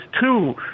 two